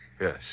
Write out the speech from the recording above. Yes